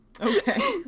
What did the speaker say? Okay